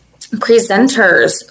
presenters